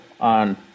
on